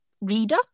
reader